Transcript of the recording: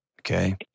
Okay